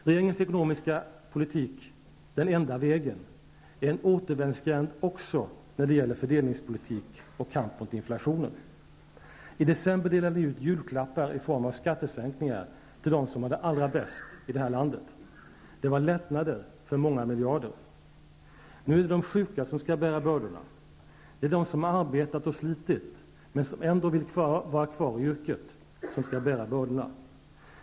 Regeringens ekonomiska politik, ''den enda vägen'', är en återvändsgränd också när det gäller fördelningspolitik och kamp mot inflationen. I december delade ni ut julklappar i form av skattesänkningar till dem som har det allra bäst i det här landet. Det var lättnader för många miljarder. Nu är det de sjuka som skall bära bördorna. Det är de som arbetat och slitit, men som ändå vill vara kvar i yrket, som skall bära bördorna.